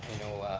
you know,